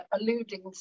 alluding